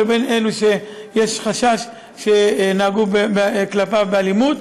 לבין אלו שיש חשש שנהגו כלפיו באלימות.